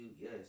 yes